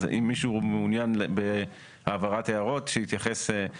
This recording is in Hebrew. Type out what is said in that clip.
אז אם מישהו מעוניין בהעברת הערות שמתייחסות